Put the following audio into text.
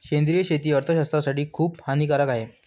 सेंद्रिय शेती अर्थशास्त्रज्ञासाठी खूप हानिकारक आहे